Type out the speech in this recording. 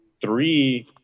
three